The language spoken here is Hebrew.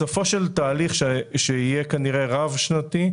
בסופו של תהליך שיהיה כנראה רב שנתי,